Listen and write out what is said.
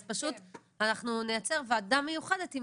אז פשוט אנחנו נייצר ועדה מיוחדת עם